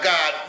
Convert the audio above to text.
God